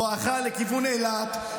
בואך לכיוון אילת,